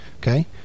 okay